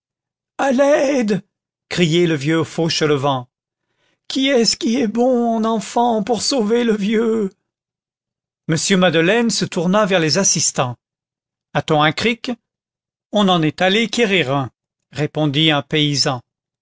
criait le vieux fauchelevent qui est-ce qui est bon enfant pour sauver le vieux m madeleine se tourna vers les assistants a-t-on un cric on en est allé quérir un répondit un paysan